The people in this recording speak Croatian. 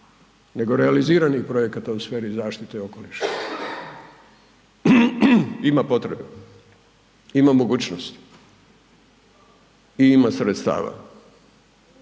nego realiziranih projekata u sferi zaštite okoliša. Ima potrebe, ima mogućnosti i ima sredstava.